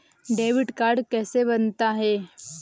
Debit card कैसे बनता है?